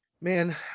Man